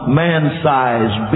man-sized